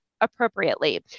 appropriately